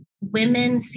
women